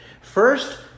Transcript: First